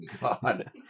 God